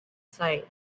site